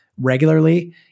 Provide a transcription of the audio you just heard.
regularly